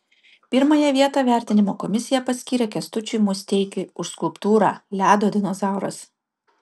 pirmąją vietą vertinimo komisija paskyrė kęstučiui musteikiui už skulptūrą ledo dinozauras